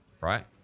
right